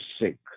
sick